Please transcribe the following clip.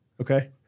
Okay